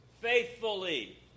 Faithfully